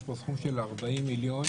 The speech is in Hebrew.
יש פה סכום של 40 מיליון,